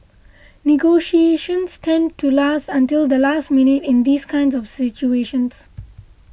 negotiations tend to last until the last minute in these kinds of situations